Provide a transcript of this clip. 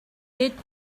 гээд